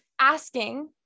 asking